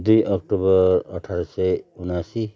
दुई अक्टोबर अठार सय उनासी